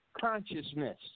consciousness